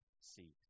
seat